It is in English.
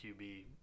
QB